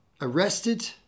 arrested